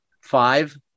five